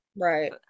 right